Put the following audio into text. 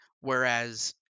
whereas